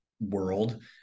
world